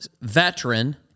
veteran